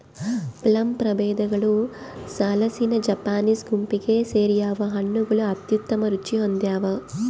plum ಪ್ರಭೇದಗಳು ಸಾಲಿಸಿನಾ Japanese ಗುಂಪಿಗೆ ಸೇರ್ಯಾವ ಹಣ್ಣುಗಳು ಅತ್ಯುತ್ತಮ ರುಚಿ ಹೊಂದ್ಯಾವ